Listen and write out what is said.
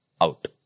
out